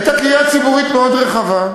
הייתה קריאה ציבורית מאוד רחבה,